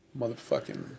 Motherfucking